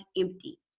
empty